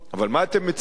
אבל מה אתם מצפים,